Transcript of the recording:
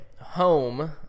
home